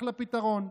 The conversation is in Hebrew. אחלה פתרון,